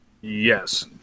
Yes